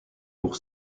pour